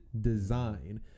design